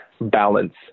balance